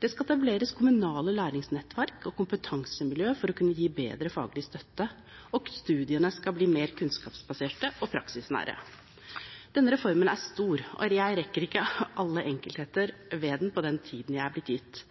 Det skal etableres kommunale læringsnettverk og kompetansemiljøer for å kunne gi bedre faglig støtte, og studiene skal bli mer kunnskapsbaserte og praksisnære. Denne reformen er stor, og jeg rekker ikke alle enkeltheter ved den på den tiden jeg er blitt gitt.